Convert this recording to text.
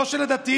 לא של הדתיים,